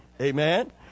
Amen